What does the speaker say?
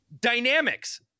dynamics